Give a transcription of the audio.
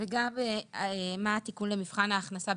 וגם מה התיקון למבחן ההכנסה,